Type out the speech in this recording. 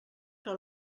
que